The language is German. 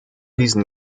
diesen